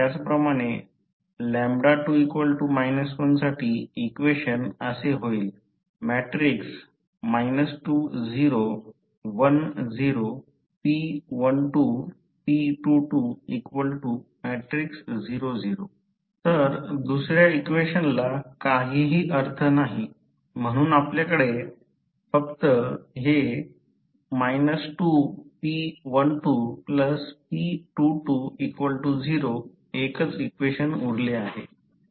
त्याचप्रमाणे 2 1 साठी इक्वेशन असे होईल तर दुसर्या इक्वेशनला काहीही अर्थ नाही म्हणून आपल्याकडे फक्त हे 2p12p220 एकच इक्वेशन उरले आहे